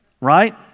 right